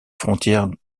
frontière